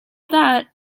that